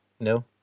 No